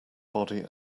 body